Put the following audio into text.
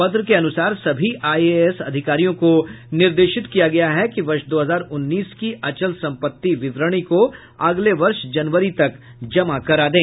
पत्र के अनुसार सभी आईएएस अधिकारियों को निर्देशित किया गया है कि वर्ष दो हजार उन्नीस की अचल संपत्ति विवरणी को अगले वर्ष जनवरी तक जमा करा दें